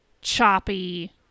choppy